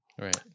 Right